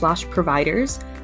providers